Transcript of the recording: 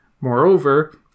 Moreover